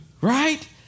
right